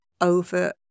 over